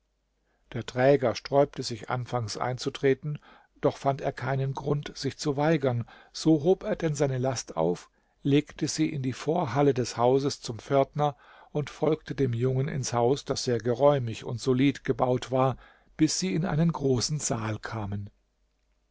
der träger sträubte sich anfangs einzutreten doch fand er keinen grund sich zu weigern so hob er denn seine last auf legte sie in die vorhalle des hauses zum pförtner und folgte dem jungen ins haus das sehr geräumig und solid gebaut war bis sie in einen großen saal kamen